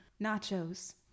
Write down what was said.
nachos